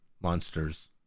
Monsters